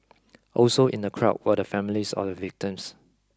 also in the crowd were the families or the victims